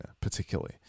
particularly